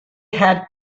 had